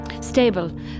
Stable